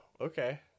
Okay